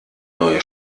neue